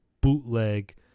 bootleg